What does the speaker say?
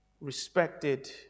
respected